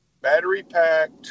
battery-packed